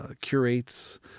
curates